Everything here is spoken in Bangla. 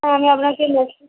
হ্যাঁ আমি আপনাকে মেসেজ